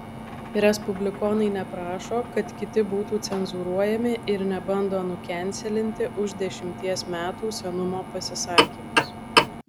respublikonai neprašo kad kiti būtų cenzūruojami ir nebando nukenselinti už dešimties metų senumo pasisakymus